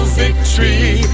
victory